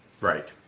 Right